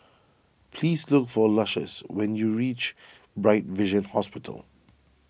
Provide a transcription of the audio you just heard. please look for Lucious when you reach Bright Vision Hospital